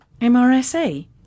MRSA